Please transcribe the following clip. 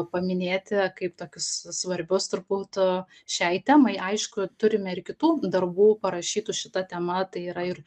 paminėti kaip tokius svarbius turbūt šiai temai aišku turime ir kitų darbų parašytų šita tema tai yra ir